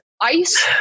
ice